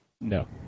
no